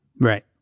Right